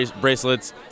bracelets